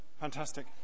fantastic